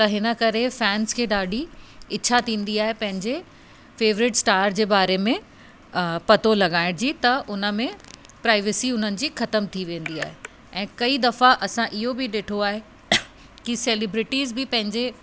त हिन करे फैन्स खे ॾाढी इच्छा थींदी आहे पंहिंजे फेवरेट स्टार जे बारे में पतो लॻाइण जी त उन में प्राइवेसी उन्हनि जी ख़तम थी वेंदी आहे ऐं कई दफ़ा असां इहो बि ॾिठो आहे की सेलिब्रिटीज़ बि पंहिंजे